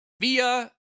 Via